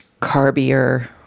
carbier